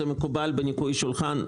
זה מקובל בניקוי שולחן,